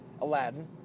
Aladdin